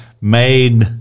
made